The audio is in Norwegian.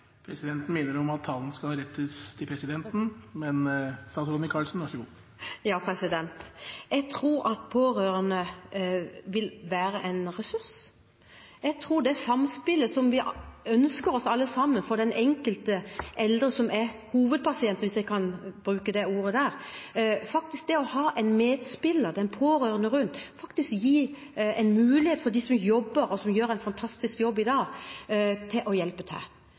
Presidenten minner om at all tale skal rettes til presidenten. Jeg tror at pårørende vil være en ressurs. Jeg tror det samspillet som vi alle sammen ønsker oss for den enkelte eldre som er hovedpasient, hvis jeg kan bruke det ordet, det å ha en medspiller, den pårørende, rundt, faktisk gir en mulighet for dem som jobber – som gjør en fantastisk jobb i dag – til å hjelpe til.